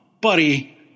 buddy